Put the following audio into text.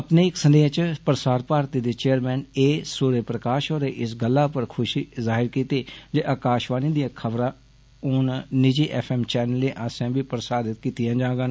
अपने इक स्नेह् च प्रसार भारती दे चैयरमेन ए सूर्यप्रकाष होरें इस गल्ला उप्पर खुषी जाहिर जे आकाषवाणी दियां खबरां हुन निजी एफ एम चैनलें आस्सेआ बी प्रसारित कीतियां जाङन